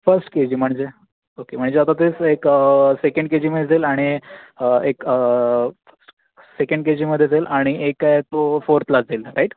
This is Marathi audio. फर्स्ट के जी म्हणजे ओके म्हणजे आता ते एक सेकण्ड के जीमध्ये जाईल आणि एक सेकण्ड के जीमध्ये जाईल आणि एक आहे तो फोर्थला जाईल राईट